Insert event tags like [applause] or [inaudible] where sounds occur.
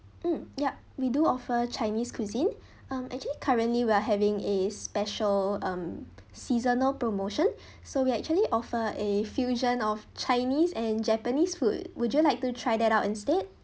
mm yup we do offer chinese cuisine [breath] um actually currently we are having a special um seasonal promotion [breath] so we actually offer a fusion of chinese and japanese food would you like to try that out instead